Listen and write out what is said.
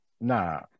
Nah